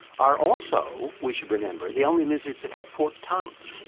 are also we should remember the only lizards that have forked tongues.